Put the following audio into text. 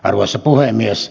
arvoisa puhemies